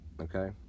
Okay